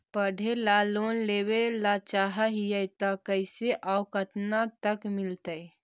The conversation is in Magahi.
पढ़े ल लोन लेबे ल चाह ही त कैसे औ केतना तक मिल जितै?